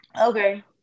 Okay